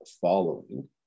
following